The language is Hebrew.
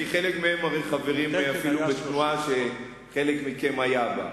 כי הרי חלק מהם חברים אפילו בתנועה שחלק מכם היה בה.